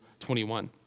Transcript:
21